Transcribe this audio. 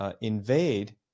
invade